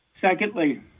secondly